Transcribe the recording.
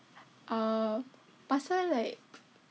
a pasal like